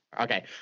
Okay